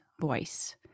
voice